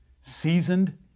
Seasoned